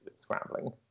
scrambling